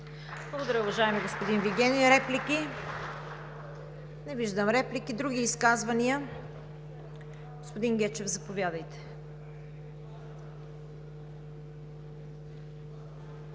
Благодаря, уважаеми господин Вигенин. Реплики? Не виждам. Други изказвания? Господин Гечев, заповядайте.